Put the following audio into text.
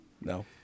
No